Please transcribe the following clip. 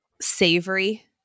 Savory